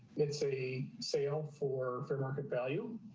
it's a sale for fair market value.